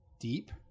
deep